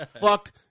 Fuck